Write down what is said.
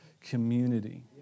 community